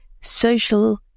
social